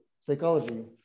psychology